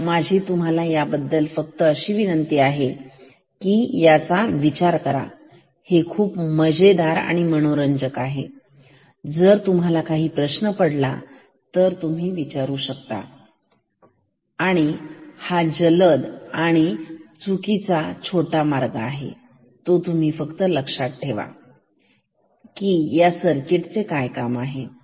तर माझी तुम्हाला याबद्दल विनंती आहे की याच्या बद्दल विचार करा हे खूप मजेदार आणि मनोरंजक आहे आणि जर तुम्हाला काही प्रश्न पडला तर तुम्ही विचारू शकता आणि हा जलद आणि चुकीचा छोटा मार्ग आहे तुम्ही लक्षात ठेवा या सर्किट चे काम काय